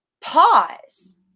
Pause